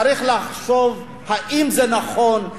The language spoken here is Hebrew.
צריך לחשוב האם זה נכון,